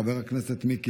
חברת הכנסת פנינה